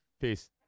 peace